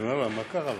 אני אומר לה: מה קרה לך?